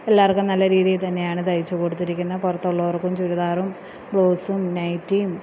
എല്ലാവർക്കും നല്ല രീതീ തന്നെയാണ് തയ്ച്ച് കൊടുത്തിരിക്കുന്നത് പുറത്തുള്ളവർക്കും ചുരിദാറും ബ്ലൗസും നെറ്റീം